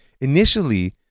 Initially